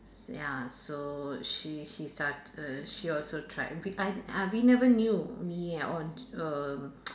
ya so she she started she also tried we uh uh we never knew me at all err